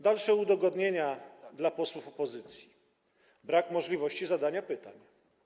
Dalsze udogodnienia dla posłów opozycji: brak możliwości zadawania pytań.